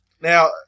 Now